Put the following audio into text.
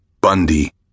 Bundy